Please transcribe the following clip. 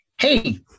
hey